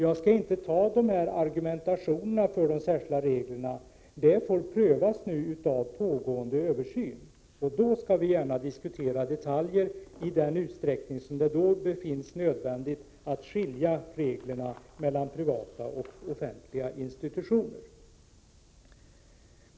Jag skall inte argumentera för dessa särskilda regler. Denna fråga får prövas i pågående översyn. Därefter skall vi gärna, i den utsträckning som det befinns vara nödvändigt, diskutera detaljer när det gäller att skilja på reglerna för privata och offentliga institutioner. Herr talman!